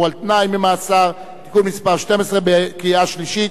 על-תנאי ממאסר (תיקון מס' 12) בקריאה שלישית.